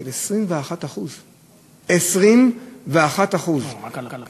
של 21%. 21%. לא, רק על הפיגור.